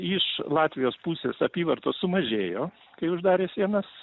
iš latvijos pusės apyvartos sumažėjo kai uždarė sienas